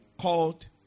called